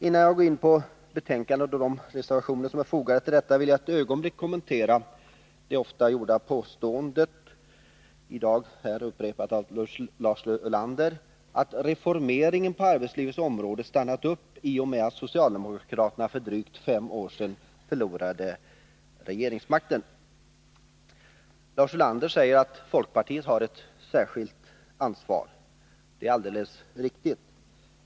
Innan jag går in på betänkandet och de reservationer som är fogade till det vill jag ett ögonblick kommentera det ofta gjorda påståendet — här i dag upprepat av Lars Ulander — att reformeringen på arbetslivets område stannade upp i och med att socialdemokraterna för drygt fem år sedan förlorade regeringsmakten. Lars Ulander sade att folkpartiet har ett särskilt ansvar. Det är alldeles riktigt.